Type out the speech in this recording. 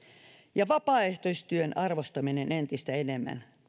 ja vapaaehtoistyön arvostaminen entistä enemmän ja